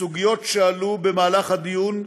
בסוגיות שעלו בדיון,